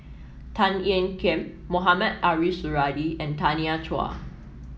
Tan Ean Kiam Mohamed Ariff Suradi and Tanya Chua